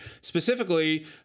Specifically